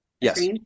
Yes